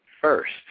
first